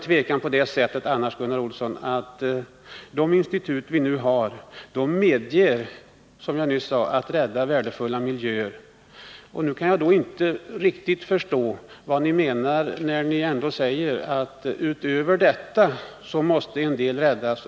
Det är väl tvivelsutan så, Gunnar Olsson, att de institut vi nu har medger, som jag nyss sade, att värdefulla miljöer räddas. Jag kan därför inte riktigt förstå vad ni menar med att säga, att därutöver måste en del räddas.